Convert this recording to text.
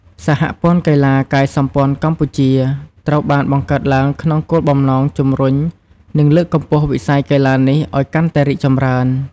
សហព័ន្ធកីឡាកាយសម្ព័ន្ធកម្ពុជា ត្រូវបានបង្កើតឡើងក្នុងគោលបំណងជំរុញ និងលើកកម្ពស់វិស័យកីឡានេះឱ្យកាន់តែរីកចម្រើន។